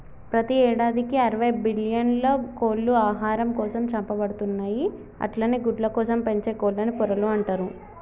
ప్రతి యేడాదికి అరవై బిల్లియన్ల కోళ్లు ఆహారం కోసం చంపబడుతున్నయి అట్లనే గుడ్లకోసం పెంచే కోళ్లను పొరలు అంటరు